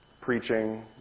preaching